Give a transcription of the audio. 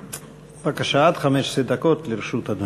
בבקשה, עד 15 דקות לרשות אדוני.